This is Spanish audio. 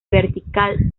vertical